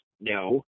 No